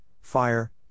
Fire